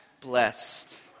blessed